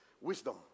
wisdom